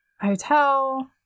hotel